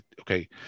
okay